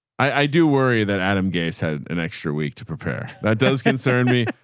i do worry that adam gaze had an extra week to prepare. that does concern me,